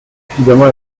suffisamment